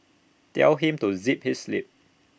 tell him to zip his lip